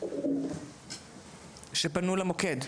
שפנו למוקד.